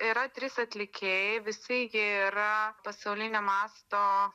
yra trys atlikėjai visi jie yra pasaulinio masto